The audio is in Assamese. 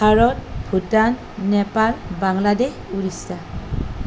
ভাৰত ভূটান নেপাল বাংলাদেশ উৰিষ্যা